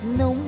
no